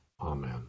Amen